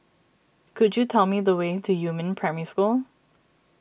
could you tell me the way to Yumin Primary School